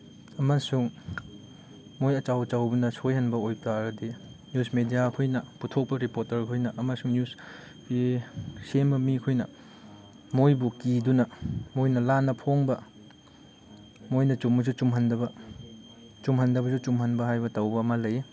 ꯑꯃꯁꯨꯡ ꯃꯣꯏ ꯑꯆꯧ ꯑꯆꯧꯕꯅ ꯁꯣꯏꯍꯟꯕ ꯑꯣꯏꯕ ꯇꯥꯔꯗꯤ ꯅ꯭ꯌꯨꯁ ꯃꯦꯗꯤꯌꯥ ꯑꯩꯈꯣꯏꯅ ꯄꯨꯊꯣꯛꯄ ꯔꯤꯄꯣꯔꯇꯔꯈꯣꯏꯅ ꯑꯃꯁꯨꯡ ꯅ꯭ꯌꯨꯁ ꯁꯦꯝꯕ ꯃꯤꯈꯣꯏꯅ ꯃꯣꯏꯕꯨ ꯀꯤꯗꯨꯅ ꯃꯣꯏꯅ ꯂꯥꯟꯅ ꯐꯣꯡꯕ ꯃꯣꯏꯅ ꯆꯨꯝꯃꯁꯨ ꯆꯨꯝꯍꯟꯗꯕ ꯆꯨꯝꯍꯟꯗꯕꯁꯨ ꯆꯨꯝꯍꯟꯕ ꯍꯥꯏꯕ ꯇꯧꯕ ꯑꯃ ꯂꯩꯌꯦ